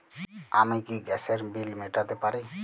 আমি কি গ্যাসের বিল মেটাতে পারি?